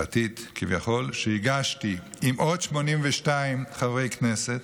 פרטית כביכול, שהגשתי עם עוד 82 חברי כנסת.